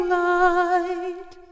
light